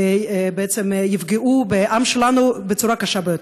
ובעצם יפגעו בעם שלנו בצורה קשה ביותר?